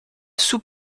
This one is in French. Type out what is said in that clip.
sous